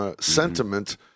sentiment